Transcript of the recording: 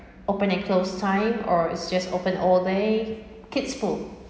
open and close time or is just open all day kids pool